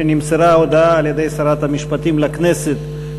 שנמסרה ההודעה על-ידי שרת המשפטים לכנסת,